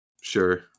Sure